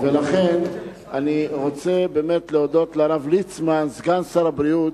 אני רוצה באמת להודות לרב ליצמן, סגן שר הבריאות,